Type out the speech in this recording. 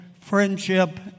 friendship